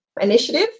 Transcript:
initiative